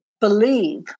believe